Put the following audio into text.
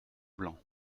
blanc